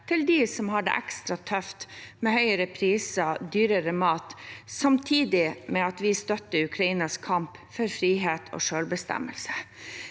til dem som har det ekstra tøft med høyere priser og dyrere mat, samtidig som vi støtter Ukrainas kamp for frihet og selvbestemmelse.